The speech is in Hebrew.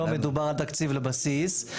לא מדובר על תקציב לבסיס,